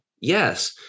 Yes